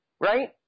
right